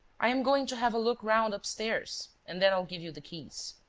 i am going to have a look round upstairs and then i'll give you the keys.